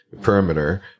perimeter